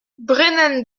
brennan